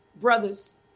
brothers